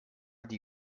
die